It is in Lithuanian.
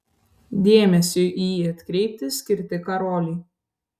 dėmesiui į jį atkreipti skirti karoliai